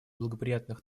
благоприятных